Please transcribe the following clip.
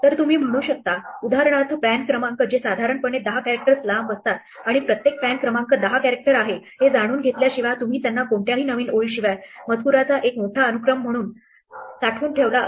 तर तुम्ही म्हणू शकता उदाहरणार्थ पॅन क्रमांक जे साधारणपणे 10 कॅरेक्टर्स लांब असतात आणि प्रत्येक पॅन क्रमांक 10 कॅरेक्टर आहे हे जाणून घेतल्याशिवाय तुम्ही त्यांना कोणत्याही नवीन ओळींशिवाय मजकुराचा एक मोठा अनुक्रम म्हणून साठवून ठेवला असेल